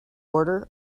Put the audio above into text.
order